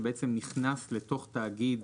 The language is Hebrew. שבעצם נכנס לתוך תאגיד